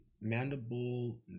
Mandible